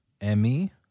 Emmy